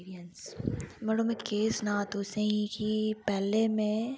मड़ो में केह् सनांऽ तुसें गी